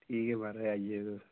ठीक ऐ महाराज आई जाएयो तुस